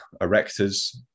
erectors